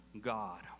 God